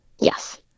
Yes